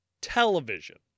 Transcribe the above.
television